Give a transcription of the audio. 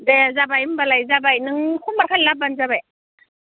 दे जाबाय होमब्लालाय जाबाय नों समबारखालि लाबबानो जाबाय